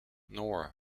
nora